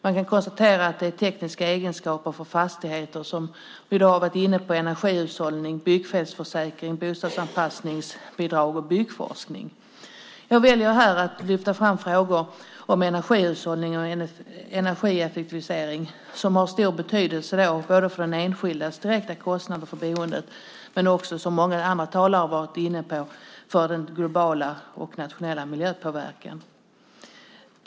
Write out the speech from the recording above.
Jag kan konstatera att det handlar om tekniska egenskaper för fastigheter, energihushållning, byggfelsförsäkring, bostadsanpassningsbidrag och byggforskning. Jag väljer här att lyfta fram frågor om energihushållning och energieffektivisering som har stor betydelse både för den enskildes direkta kostnader för boendet men också för, som många andra talare har varit inne på, den globala och nationella miljöpåverkan.